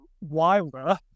wilder